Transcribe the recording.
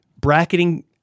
bracketing